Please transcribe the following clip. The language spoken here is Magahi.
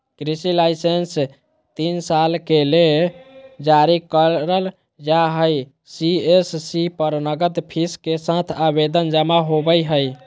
कृषि लाइसेंस तीन साल के ले जारी करल जा हई सी.एस.सी पर नगद फीस के साथ आवेदन जमा होवई हई